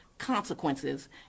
consequences